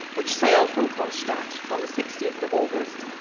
which sailed from kronstadt on the sixteenth of august,